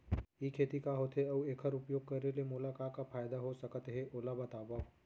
ई खेती का होथे, अऊ एखर उपयोग करे ले मोला का का फायदा हो सकत हे ओला बतावव?